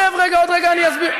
שב רגע, עוד רגע אני אסביר.